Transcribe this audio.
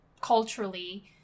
culturally